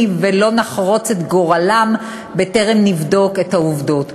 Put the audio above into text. ולא נחרוץ את גורלם בטרם נבדוק את העובדות.